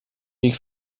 weg